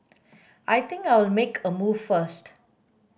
I think I'll make a move first